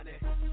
money